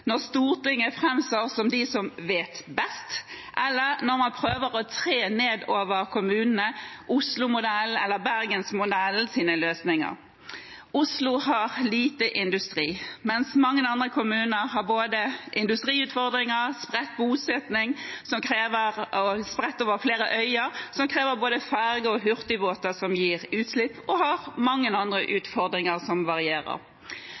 når Stortinget framstår som de som vet best, eller når man prøver å tre nedover kommunene Oslo-modellens eller Bergens-modellens løsninger. Oslo har lite industri, men mange kommuner har både industriutfordringer, spredt bosetning og bosetning spredt over flere øyer, noe som krever både ferjer og hurtigbåter som gir utslipp, og mange andre utfordringer som varierer.